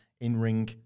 in-ring